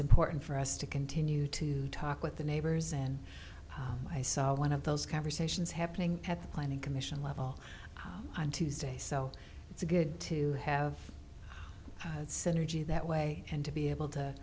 important for us to continue to talk with the neighbors and i saw one of those conversations happening at the planning commission level on tuesday so it's a good to have synergy that way and to be able to